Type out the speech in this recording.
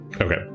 Okay